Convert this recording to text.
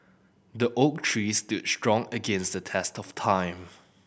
the oak tree stood strong against the test of time